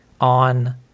on